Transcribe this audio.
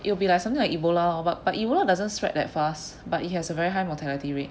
it will be like something like ebola lor but but ebola doesn't spread that fast but it has a very high mortality rate